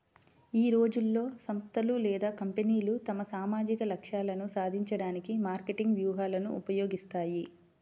ఈ రోజుల్లో, సంస్థలు లేదా కంపెనీలు తమ సామాజిక లక్ష్యాలను సాధించడానికి మార్కెటింగ్ వ్యూహాలను ఉపయోగిస్తాయి